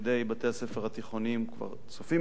בתי-הספר התיכוניים כבר צופים בה,